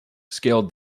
scaled